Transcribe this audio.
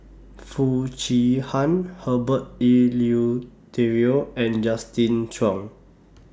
Foo Chee Han Herbert Eleuterio and Justin Zhuang